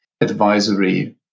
advisory